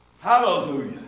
Hallelujah